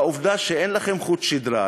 לעובדה שאין לכם חוט שדרה,